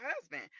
husband